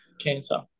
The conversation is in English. cancer